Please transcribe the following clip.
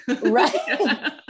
right